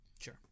Sure